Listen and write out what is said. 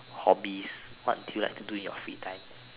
hobbies what do you like to do in your free time